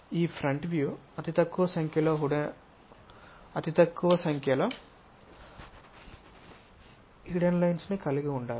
ఈ front view అతి తక్కువ సంఖ్యలో హిడెన్ లైన్స్ ను కలిగి ఉండాలి